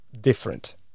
different